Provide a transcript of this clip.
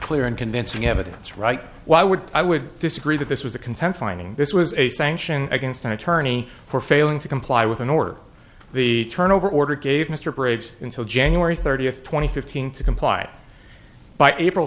clear and convincing evidence right why would i would disagree that this was a consent finding this was a sanction against an attorney for failing to comply with an order the turnover order gave mr briggs until january thirtieth two thousand and fifteen to comply by april